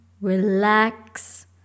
Relax